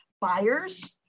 buyers